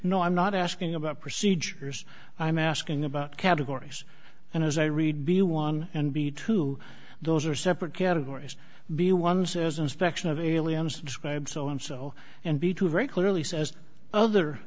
know i'm not asking about procedures i'm asking about categories and as i read be one and b two those are separate categories b one says inspection of aliens describe so and so and b two very clearly says other